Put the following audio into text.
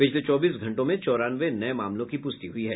पिछले चौबीस घंटों में चौरानवे नये मामलों की पुष्टि हुई है